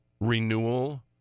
Renewal